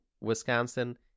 Wisconsin